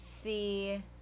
see